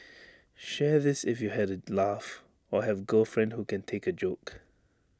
share this if you had A laugh or have girlfriend who can take A joke